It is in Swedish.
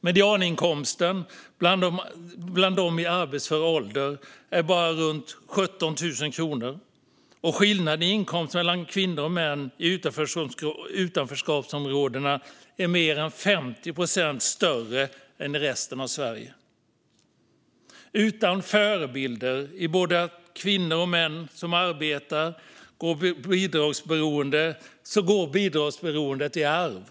Medianinkomsten bland dem i arbetsför ålder är bara runt 17 000 kronor, och skillnaden i inkomst mellan kvinnor och män i utanförskapsområden är mer än 50 procent större än i resten av Sverige. Utan förebilder i både kvinnor och män som arbetar går bidragsberoendet i arv.